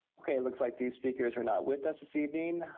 okay, it looks like these speakers are not with us this evening.